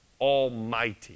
Almighty